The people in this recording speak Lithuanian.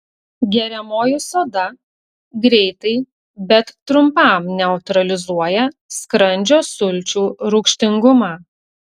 geriamoji soda greitai bet trumpam neutralizuoja skrandžio sulčių rūgštingumą